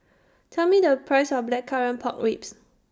Tell Me The Price of Blackcurrant Pork Ribs